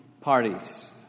parties